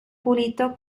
pulito